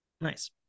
Nice